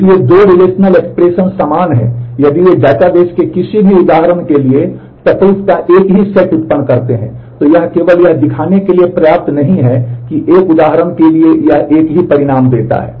इसलिए दो रिलेशनल का एक ही सेट उत्पन्न करते हैं तो यह केवल यह दिखाने के लिए पर्याप्त नहीं है कि एक उदाहरण के लिए यह एक ही परिणाम देता है